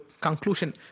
conclusion